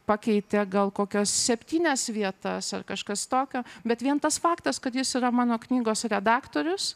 pakeitė gal kokias septynias vietas ar kažkas tokio bet vien tas faktas kad jis yra mano knygos redaktorius